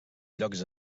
llocs